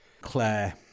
Claire